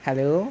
hello